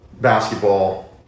basketball